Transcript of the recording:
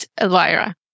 Elvira